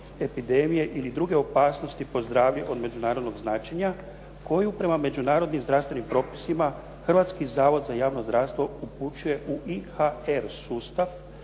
epidemije ili druge opasnosti po zdravlje od međunarodnog značenja koju prema međunarodnim zdravstvenim propisima Hrvatski zavod za javno zdravstvo upućuje u IHR sustav